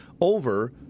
over